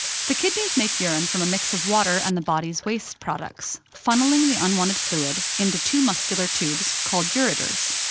the kidneys make urine from a mix of water and the body's waste products, funneling the unwanted fluid into two muscular tubes called ureters.